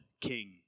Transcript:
king